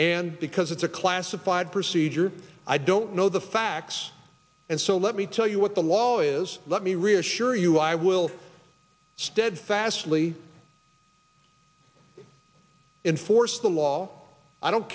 and because it's a classified procedure i don't know the facts and so let me tell you what the law is let me reassure you i will steadfastly enforce the law i don't